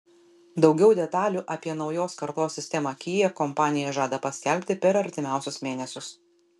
daugiau detalių apie naujos kartos sistemą kia kompanija žada paskelbti per artimiausius mėnesius